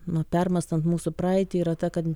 nu permąstant mūsų praeitį yra ta kad